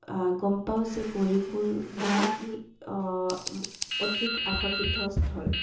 গম পাওঁ যে গৌৰীপুৰ এতি কি অধিক আকৰ্ষিত স্থল